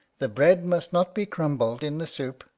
the bread must not be crumbled in the soup,